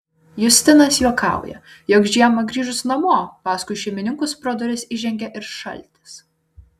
justinas juokauja jog žiemą grįžus namo paskui šeimininkus pro duris įžengia ir šaltis